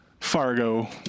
Fargo